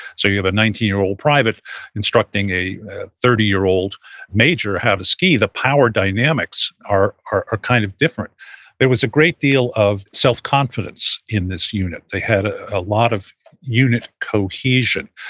so you have a nineteen year old private instructing a thirty year old major how to ski. the power dynamics are are kind of different there was a great deal of self-confidence in this unit. they had a a lot of unit cohesion,